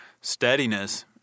steadiness